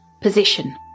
position